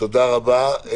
תודה רבה.